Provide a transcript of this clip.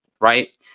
right